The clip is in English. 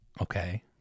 Okay